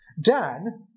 Dan